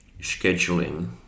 scheduling